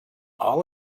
all